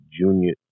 junior